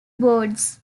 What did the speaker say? boards